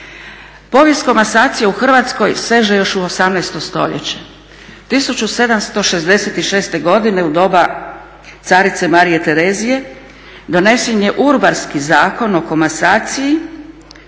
Povijest komasacije u Hrvatskoj seže još u 18. stoljeće, 1766. godine u doba carice Marije Terezije donesen je Urbarski zakon o komasaciji